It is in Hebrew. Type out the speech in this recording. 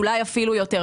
אולי אפילו יותר.